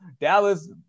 Dallas